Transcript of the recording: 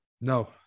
No